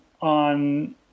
on